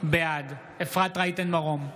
בעד אפרת רייטן מרום,